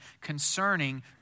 concerning